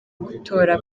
gutora